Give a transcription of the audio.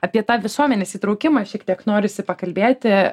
apie tą visuomenės įtraukimą šiek tiek norisi pakalbėti